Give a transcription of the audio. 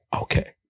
Okay